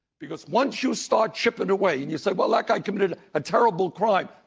because once you start chipping away and you said, well, look, i committed a terrible crime.